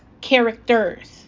characters